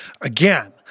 Again